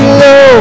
low